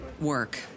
work